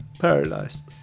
paralyzed